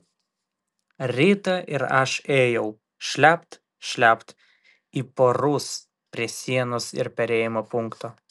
rytą ir aš ėjau šlept šlept į porus prie sienos ir perėjimo punkto